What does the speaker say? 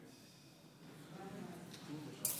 שלום, אדוני